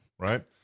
right